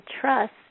trust